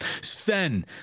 Sven